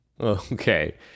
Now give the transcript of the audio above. Okay